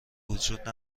وجود